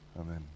Amen